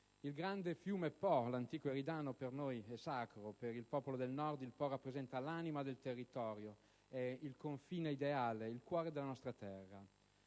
Il grande fiume Po, l'antico Eridano, per noi è sacro. Per il popolo del Nord il Po rappresenta l'anima del territorio, è il confine ideale, il cuore della nostra terra.